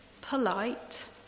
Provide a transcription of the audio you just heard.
polite